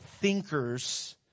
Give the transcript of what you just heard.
thinkers